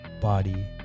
body